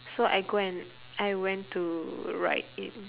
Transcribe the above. so I go and I went to write in